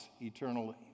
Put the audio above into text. eternally